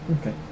Okay